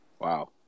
Wow